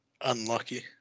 unlucky